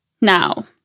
Now